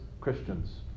Christians